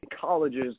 colleges